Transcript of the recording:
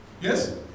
Yes